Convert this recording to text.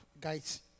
guides